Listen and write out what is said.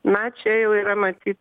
na čia jau yra matyt